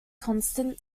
constant